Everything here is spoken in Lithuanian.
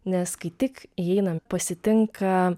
nes kai tik įeinam pasitinka